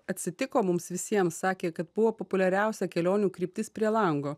atsitiko mums visiems sakė kad buvo populiariausia kelionių kryptis prie lango